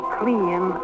clean